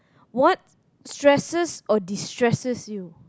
what stresses or destresses you